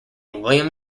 william